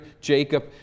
Jacob